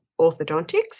orthodontics